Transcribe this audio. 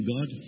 God